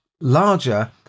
larger